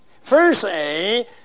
Firstly